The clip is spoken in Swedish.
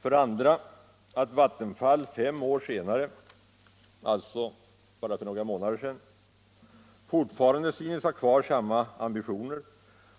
För det andra att Vattenfall fem år senare, alltså bara för några månader sedan, fortfarande synes ha kvar samma ambitioner,